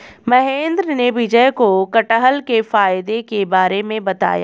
महेंद्र ने विजय को कठहल के फायदे के बारे में बताया